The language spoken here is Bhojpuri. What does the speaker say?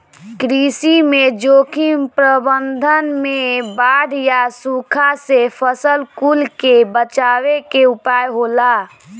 कृषि में जोखिम प्रबंधन में बाढ़ या सुखा से फसल कुल के बचावे के उपाय होला